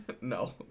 No